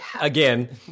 again